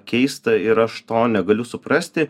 keista ir aš to negaliu suprasti